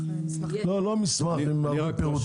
יושב ראש